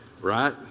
Right